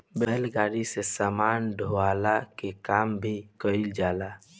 बैलगाड़ी से सामान ढोअला के काम भी कईल जाला